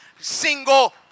single